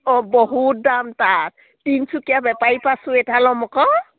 অঁ বহুত দাম তাত তিনিচুকীয়া বেপাৰী পা চুৱেটাৰ ল'ম আকৌ